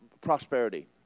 Prosperity